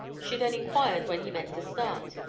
she then inquired when he meant to start.